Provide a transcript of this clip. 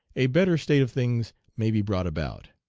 a better state of things may be brought about.